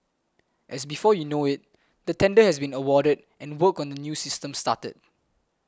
as before you know it the tender has been awarded and work on the new system started